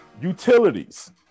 utilities